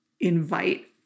invite